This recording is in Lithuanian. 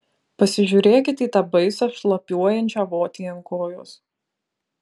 pasižiūrėkit į tą baisią šlapiuojančią votį ant kojos